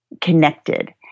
connected